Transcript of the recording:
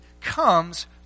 comes